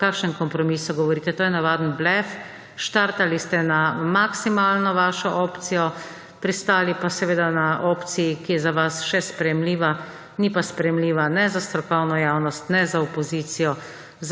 O kakšnem kompromisu govorite? To je navaden blef. Štartali ste na maksimalno vašo opcijo, pristali pa seveda na opciji, ki je za vas še sprejemljiva. Ni pa sprejemljiva ne za strokovno javnost ne za opozicijo,